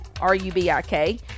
R-U-B-I-K